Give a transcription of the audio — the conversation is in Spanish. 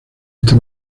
esta